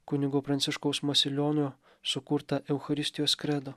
kunigo pranciškaus masiulionio sukurtą eucharistijos kredo